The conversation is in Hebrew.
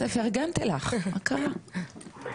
כן, נעמי מעולה גם בזום וגם בלייב.